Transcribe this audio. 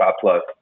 plus